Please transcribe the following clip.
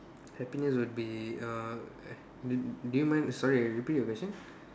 happiness would be uh eh do you mind sorry uh repeat your question